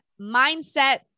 mindset